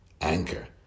Anchor